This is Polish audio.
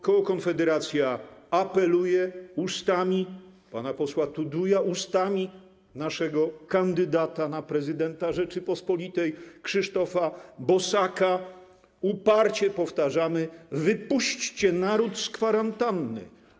Koło Konfederacja apeluje ustami pana posła Tuduja, ustami naszego kandydata na prezydenta Rzeczypospolitej Krzysztofa Bosaka, uparcie powtarzamy: wypuście naród z kwarantanny.